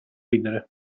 ridere